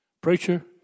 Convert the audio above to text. Preacher